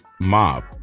mob